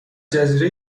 جزیره